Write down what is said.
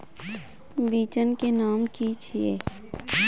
बिचन के नाम की छिये?